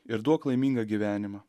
ir duok laimingą gyvenimą